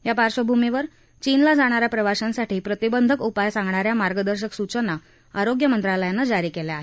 या पार्बभूमीवर चीनला जाणाऱ्या प्रवाशांसाठी प्रतिबंधक उपाय सांगणाऱ्या मार्गदर्शक सूचना मंत्रालयानं जारी केल्या आहेत